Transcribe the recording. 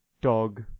dog